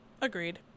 Agreed